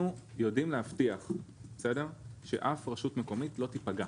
אנחנו יודעים להבטיח שאף רשות מקומית לא תיפגע.